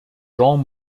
jean